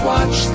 Watch